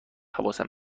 حواسم